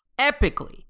epically